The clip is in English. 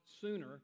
sooner